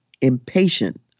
impatient